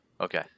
Okay